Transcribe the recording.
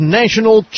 national